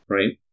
Right